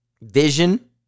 Vision